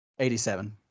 87